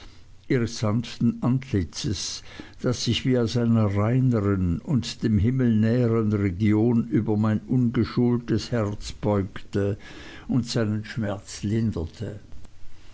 ihres sanften antlitzes das sich wie aus einer reinern und dem himmel nähern region über mein ungeschultes herz beugte und seinen schmerz